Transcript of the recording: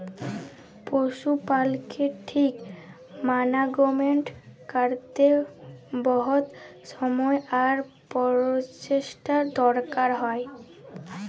পশু পালকের ঠিক মানাগমেন্ট ক্যরতে বহুত সময় আর পরচেষ্টার দরকার হ্যয়